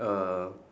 a